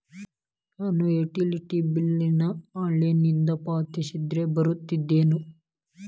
ನಾನು utility bill ನ ಆನ್ಲೈನಿಂದ ಪಾವತಿಸಿದ್ರ ಬರ್ತದೇನು?